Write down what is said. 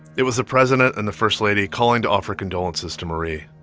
it was the president and the first lady calling to offer condolences to marie.